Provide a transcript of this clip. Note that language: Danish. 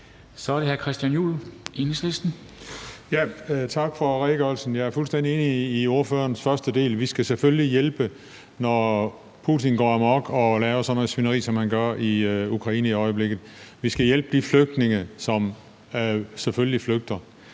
Kl. 14:01 Christian Juhl (EL): Tak for redegørelsen. Jeg er fuldstændig enig i det første, ordføreren sagde. Vi skal selvfølgelig hjælpe, når Putin går amok og laver sådan noget svineri, som han gør i Ukraine i øjeblikket. Vi skal hjælpe dem, der selvfølgelig flygter,